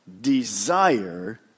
desire